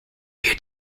wir